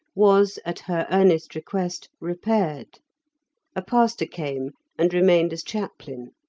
was, at her earnest request, repaired a pastor came and remained as chaplain,